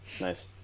Nice